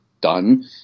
done